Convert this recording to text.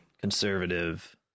conservative